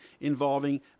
involving